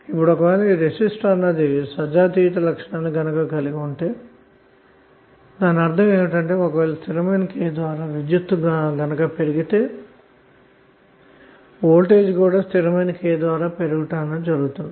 ఇప్పుడు ఒక వేళ ఈ రెసిస్టర్ గనక సజాతీయత లక్షణాన్ని కలిగి ఉంటే దాని అర్ధం ఏమిటంటే కరెంటు గనక స్థిరమైన విలువ K ద్వారా పెరిగితే వోల్టేజ్ కూడా స్థిరమైన విలువ K ద్వారా పెరగడం జరుగుతుంది